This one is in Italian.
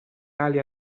ali